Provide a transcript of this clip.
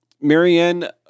Marianne